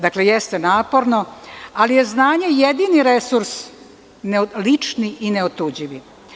Dakle, jeste naporno, ali je znanje jedini resurs lični i neotuđivi.